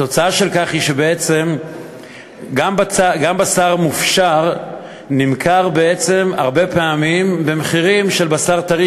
התוצאה היא שבעצם בשר מופשר נמכר הרבה פעמים במחירים של בשר טרי,